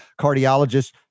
cardiologist